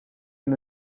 met